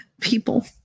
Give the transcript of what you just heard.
people